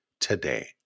today